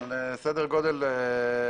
אני מבין שממליצים על סדר גודל של שנתיים.